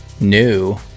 new